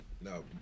No